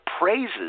praises